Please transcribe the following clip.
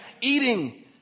eating